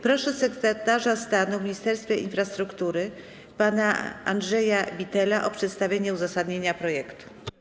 Proszę sekretarza stanu w Ministerstwie Infrastruktury pana Andrzeja Bittela o przedstawienie uzasadnienia projektu.